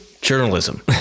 Journalism